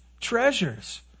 Treasures